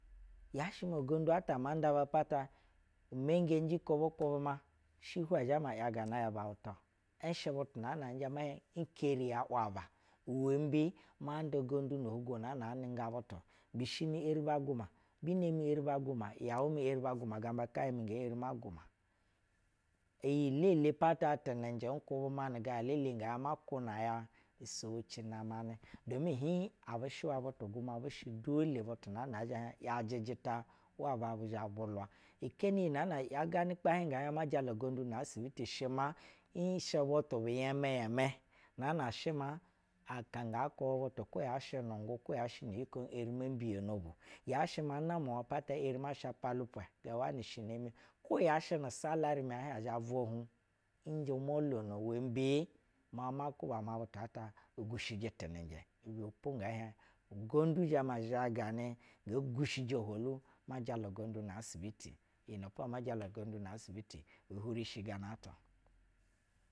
Yahɛ ma ugondu ata ama nda bapata, imengenji ko bu kwubɛ ma shɛ ibɛ zhɛ ma yagana ya bauta n shɛ butu naan a zuɛ hiɛn n teri yaw aba uwɛmbe? Ma nda ugondu no ohugwo na anɛga butu. Bishi mi eri ba guna… mi eri guma, yɛu mi eri ba guma aa mba kɛnyɛ mi nge eri ma guma. Iyi elele apata tɛnɛnjɛ n kwubɛ ma nu ga lele ga zhɛ ma kwuna ya usiwoci namanɛ. Bele abu shɛwa butu gumwa bɛshɛ dole butu na na ɛ zhɛ hieh yajɛ jita waba bu zhɛ-a vula. Ikeni wi nɛɛ na’yaganɛ ukpahiɛn ngɛɛ hieh ma jala ugondu na asibiti ishɛ ma n shɛ butu bi yɛmɛmɛ maa na shɛ aka kwubɛ butu kwo yahɛ nu ngwu kwo ya shɛ ngo ko n er imo mbiyono bu yashɛ ma namawa apata neri ma sa kpali oko ort bu kwo yashɛ nu salari mu azhɛ avwa hud n zhɛ mol ono uwɛmbe? Ma ma kuba ma butu ata ugushiji tɛnɛnjɛ ibɛ ngɛ hiɛh ugondu zhaganɛ ngee gushiji ohwolu ma jala ugondu na asibiti iyi nɛpo ama jala ugonduna sibiti hurishi ganata-o.